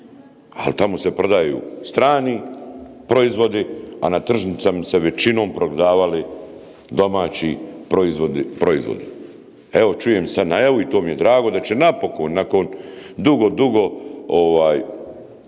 ali tamo se prodaju strani proizvodi, a na tržnicama se većinom prodavali domaći proizvodi. Evo čujem sad najavu i to mi je drago da će napokon nakon dugo, dugo molbi